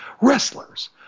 wrestlers